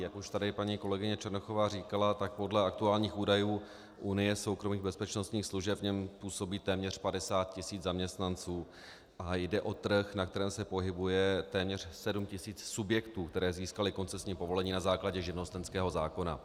Jak už tady paní kolegyně Černochová říkala, tak podle aktuálních údajů Unie soukromých bezpečnostních služeb v něm působí téměř 50 tisíc zaměstnanců a jde o trh, na kterém se pohybuje téměř 7 tisíc subjektů, které získaly koncesní povolení na základě živnostenského zákona.